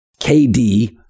KD